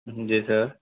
جی سر